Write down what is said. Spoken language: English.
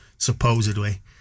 supposedly